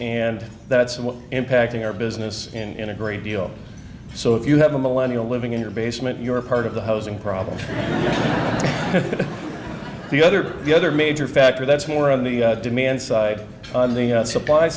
and that's what impacting our business in a great deal so if you have a millennial living in your basement you're part of the housing problem the other the other major factor that's more on the demand side on the supply